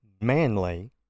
manly